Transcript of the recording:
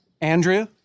Andrew